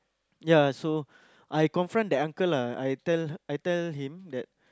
ya so I confront that uncle lah I tell I tell him that